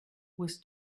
was